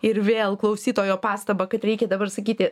ir vėl klausytojo pastabą kad reikia dabar sakyti